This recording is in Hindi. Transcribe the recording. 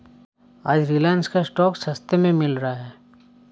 आज रिलायंस का स्टॉक सस्ते में मिल रहा है